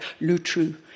Lutru